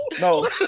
No